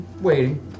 waiting